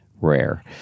rare